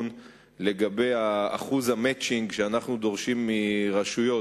לגבי אחוז ה"מצ'ינג" שאנחנו דורשים מרשויות,